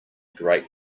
great